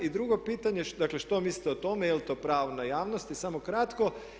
I drugo pitanje, što mislite o tome je li to pravna javnosti, samo kratko.